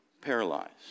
paralyzed